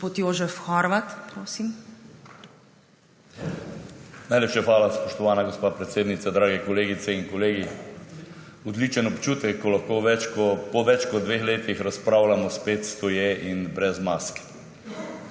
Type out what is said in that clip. JOŽEF HORVAT (PS NSi): Najlepša hvala, spoštovana gospa predsednica. Drage kolegice in kolegi! Odličen občutek, ko lahko po več kot dveh letih razpravljamo spet stoje in brez mask.